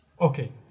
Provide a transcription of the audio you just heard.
Okay